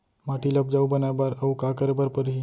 माटी ल उपजाऊ बनाए बर अऊ का करे बर परही?